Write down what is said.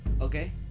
Okay